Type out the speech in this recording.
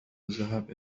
الذهاب